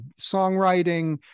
songwriting